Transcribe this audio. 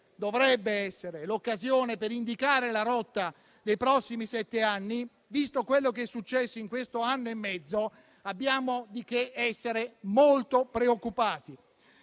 Dovrebbe essere quella l'occasione per indicare la rotta dei prossimi sette anni. Visto quello che è successo in questo anno e mezzo, abbiamo di che essere molto preoccupati.